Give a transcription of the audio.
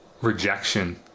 rejection